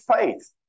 faith